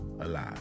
alive